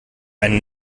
einen